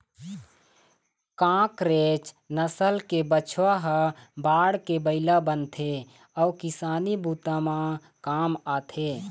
कांकरेज नसल के बछवा ह बाढ़के बइला बनथे अउ किसानी बूता म काम आथे